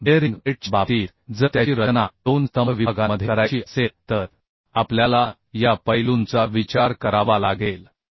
तर बेअरिंग प्लेटच्या बाबतीत जर त्याची रचना दोन स्तंभ विभागांमध्ये करायची असेल तर आपल्याला या पैलूंचा विचार करावा लागेल